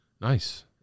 Nice